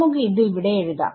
നമുക്ക് ഇത് ഇവിടെ എഴുതാം